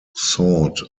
sought